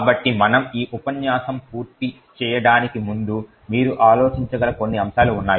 కాబట్టి మనము ఈ ఉపన్యాసం పూర్తి చేయడానికి ముందు మీరు ఆలోచించగల కొన్ని అంశాలు ఉన్నాయి